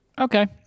okay